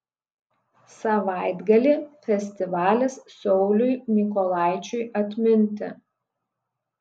savaitgalį festivalis sauliui mykolaičiui atminti